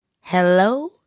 Hello